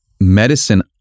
medicine